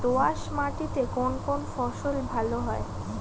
দোঁয়াশ মাটিতে কোন কোন ফসল ভালো হয়?